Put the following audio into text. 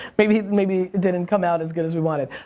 maybe maybe it didn't come out as good as we wanted.